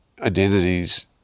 identities